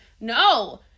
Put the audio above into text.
No